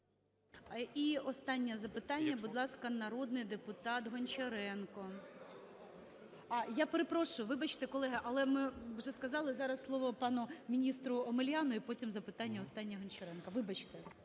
І останнє запитання, будь ласка, народний депутат Гончаренко. (Шум у залі) Я перепрошую! Вибачте, колеги, але ми вже сказали. Зараз слово пану міністру Омеляну, і потім – питання останнє Гончаренка. Вибачте!